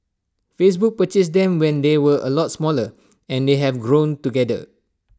Facebook purchased them when they were A lot smaller and they have grown together